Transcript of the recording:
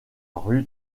rue